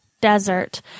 desert